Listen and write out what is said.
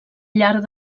llarg